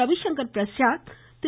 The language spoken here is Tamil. ரவிசங்கர்பிரசாத் திரு